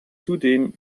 zudem